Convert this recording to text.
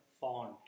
font